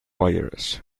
wires